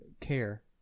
care